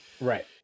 Right